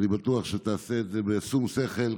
ואני בטוח שתעשה את זה בשום שכל,